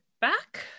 back